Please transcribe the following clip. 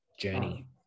journey